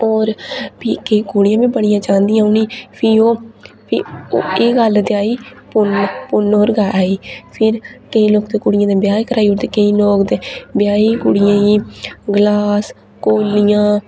और फ्ही किश कुड़ियां बी बड़ियां चांह्दियां उ'नेंगी फ्ही ओह् एह् गल्ल फिर कुड़ियें दे ब्याह् कराई ओड़दे ब्याहें कुड़ियें गलास कौलियां